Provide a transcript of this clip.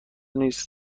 نیز